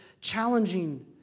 challenging